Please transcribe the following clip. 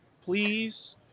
Please